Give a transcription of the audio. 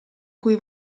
cui